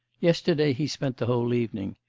yesterday he spent the whole evening.